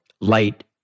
light